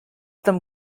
them